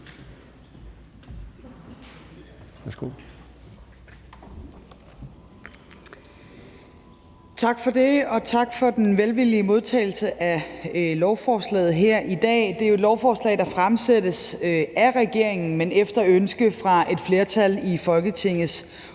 Tak for det, og tak for den velvillige modtagelse af lovforslaget her i dag. Det er jo et lovforslag, der fremsættes af regeringen, men efter ønske fra et flertal i Folketingets